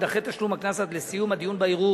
יידחה תשלום הקנס עד לסיום הדיון בערעור.